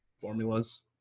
formulas